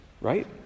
Right